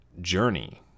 journey